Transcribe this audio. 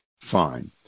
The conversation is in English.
fine